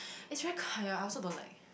it's very I also don't like